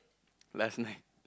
last night